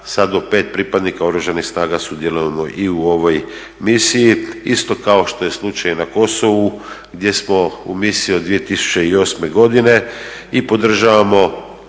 sad do 5 pripadnika Oružanih snaga sudjelujemo i u ovoj misiji isto kao što je slučaj i na Kosovu gdje smo u misiji od 2008.godine i podržavamo